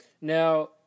Now